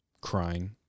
crying